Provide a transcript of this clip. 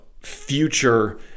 future